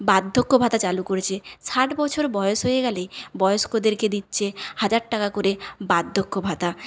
বার্ধক্য ভাতা চালু করেছে ষাট বছর বয়স হয়ে গেলে বয়স্কদেরকে দিচ্ছে হাজার টাকা করে বার্ধক্য ভাতা